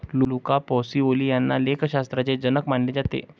Luca Pacioli यांना लेखाशास्त्राचे जनक मानले जाते